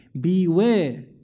Beware